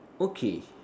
okay